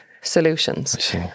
solutions